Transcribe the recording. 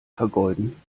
vergeuden